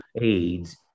AIDS